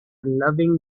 loving